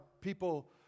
people